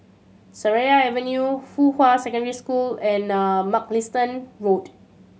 Seraya Avenue Fuhua Secondary School and Mugliston Road